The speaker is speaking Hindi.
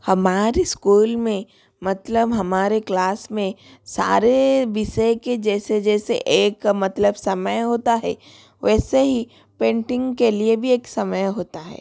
हमारे इस्कूल में मतलब हमारे क्लास में सारे विषय के जैसे जैसे एक मतलब समय होता है वैसे ही पेंटिंग के लिए भी एक समय होता है